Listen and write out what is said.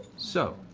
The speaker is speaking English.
so.